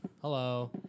Hello